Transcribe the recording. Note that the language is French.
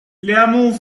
clermont